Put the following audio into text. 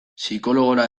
psikologora